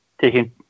taking